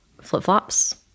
flip-flops